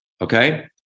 okay